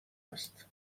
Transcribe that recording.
است